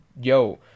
yo